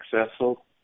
successful